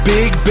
Big